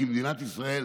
כי מדינת ישראל